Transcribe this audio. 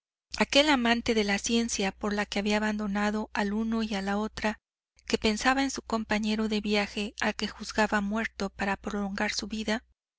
aquel amante de la ciencia por la que había abandonado al uno y a la otra que pensaba en su compañero de viaje al que juzgaba muerto para prolongar su vida